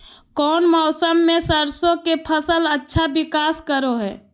कौन मौसम मैं सरसों के फसल अच्छा विकास करो हय?